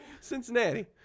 Cincinnati